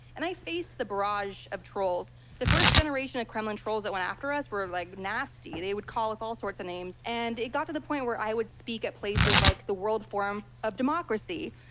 and i faced the barrage of trolls. the first generation of kremlin trolls that went after us were, like, nasty. they would call us all sorts of names, and it got to the point where i would speak at places like the world forum of democracy,